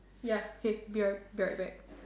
ya same be right right back